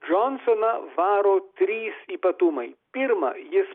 džonsoną varo trys ypatumai pirma jis